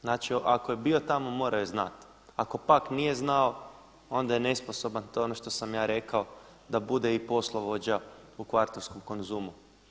Znači ako je bio tamo morao je znati, ako pak nije znao onda je nesposoban, to je ono što sam ja rekao da bude i poslovođa u kvartovskom Konzumu.